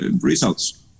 results